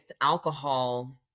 alcohol